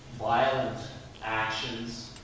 violent actions,